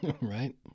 right